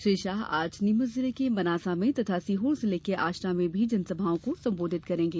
श्री शाह आज नीमच जिले के मनासा में तथा सीहोर जिले के आष्टा में भी जनसभाओं को संबोधित करेंगे